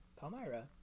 Palmyra